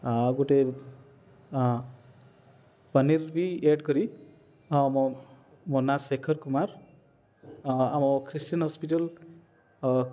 ଆଉ ଗୋଟେ ପନିର ବି ଏଡ଼୍ କରି ହଁ ମୋ ମୋ ନାଁ ଶେଖର କୁମାର ଆମ ଖ୍ରୀଷ୍ଟିଆନ୍ ହସ୍ପିଟାଲ୍